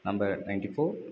number ninety four